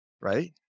right